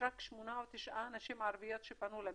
רק שמונה או תשע נשים ערביות שפנו למשטרה.